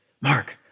Mark